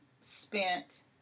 spent